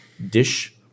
Dish